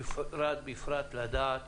בפרט לדעת